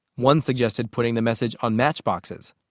one suggested putting the message on matchboxes.